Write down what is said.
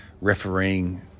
refereeing